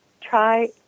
Try